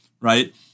right